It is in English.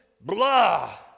blah